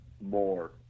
more